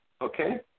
Okay